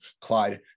Clyde